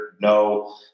no